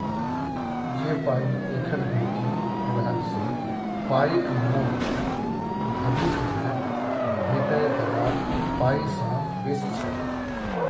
जे पाइ एखन भेटि रहल से पाइक मोल भबिस मे भेटै बला पाइ सँ बेसी छै